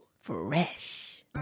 Fresh